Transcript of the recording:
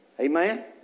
Amen